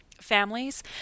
families